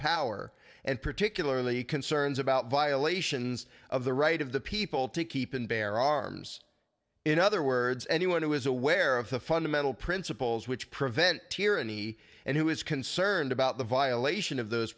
power and particularly concerns about violations of the right of the people to keep and bear arms in other words anyone who is aware of the fundamental principles which prevent tyranny and who is concerned about the violation of those